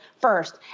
first